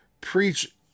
preach